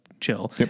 chill